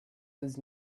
his